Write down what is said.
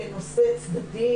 כנושא צדדי,